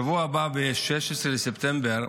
בשבוע הבא, ב-16 בספטמבר,